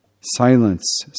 Silence